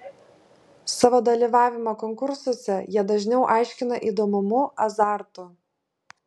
savo dalyvavimą konkursuose jie dažniau aiškina įdomumu azartu